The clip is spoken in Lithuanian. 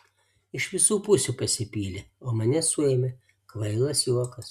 iš visų pusių pasipylė o mane suėmė kvailas juokas